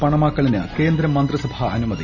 പണമാക്കലിന് കേന്ദ്ര മന്ത്രിസഭാ ആനുമതി